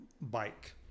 bike